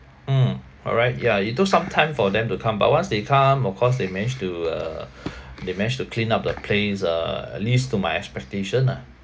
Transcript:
mm alright yeah it took some time for them to come but once they come of course they manage to uh they managed to clean up the place uh at least to my expectation lah